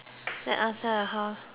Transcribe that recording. house